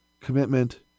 commitment